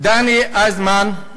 דני אייזנמן,